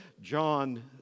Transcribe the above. John